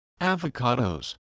avocados